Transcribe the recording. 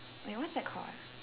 wait what's that called ah